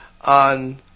on